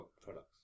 products